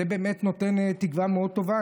זה באמת נותן תקווה מאוד טובה,